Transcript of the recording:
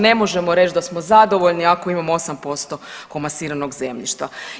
Ne možemo reći da smo zadovoljni ako imamo 8% komasiranog zemljišta.